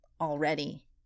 already